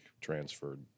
transferred